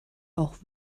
auch